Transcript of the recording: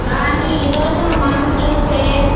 కానీ ఈరోజున మనం చూస్తే